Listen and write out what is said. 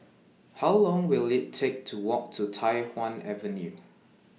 How Long Will IT Take to Walk to Tai Hwan Avenue